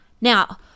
Now